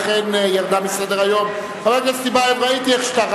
התשס"ט 2009, נתקבלה.